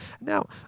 Now